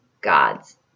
God's